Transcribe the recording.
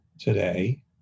today